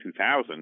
2000